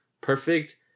Perfect